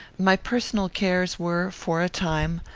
my personal cares were, for a time,